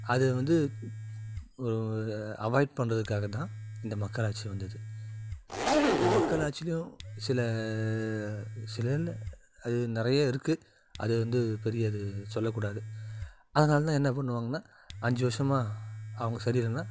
அது வந்து அவாய்ட் பண்ணுறதுக்காக தான் இந்த மக்களாட்சி வந்தது இந்த மக்களாட்சிலேயும் சில சில இல்லை அது நிறைய இருக்குது அது வந்து பெரிய இது சொல்லக் கூடாது அதனால தான் என்ன பண்ணுவாங்கன்னா அஞ்சு வருஷம் அவங்க சரி இல்லைன்னா